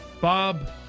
Bob